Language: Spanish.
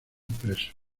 preso